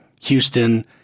Houston